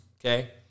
Okay